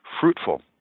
fruitful